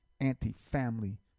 anti-family